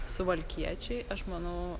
suvalkiečiui aš manau